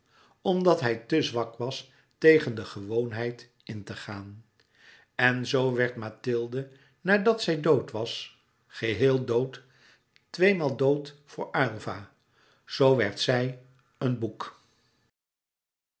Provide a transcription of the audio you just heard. omdat hij te zwak was tegen die gewoonheid in te gaan en zoo werd mathilde nadat zij dood was geheel dood tweemaal dood voor aylva zoo werd zij een boek